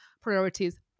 priorities